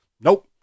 Nope